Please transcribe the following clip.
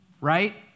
right